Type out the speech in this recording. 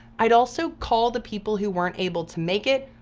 i'd also call the people who weren't able to make it,